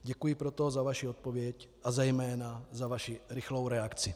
Děkuji proto za vaši odpověď a zejména za vaši rychlou reakci.